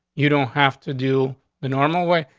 you don't have to do the normal way.